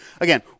again